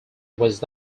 was